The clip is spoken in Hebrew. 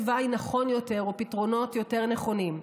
תוואי נכון יותר או פתרונות יותר נכונים.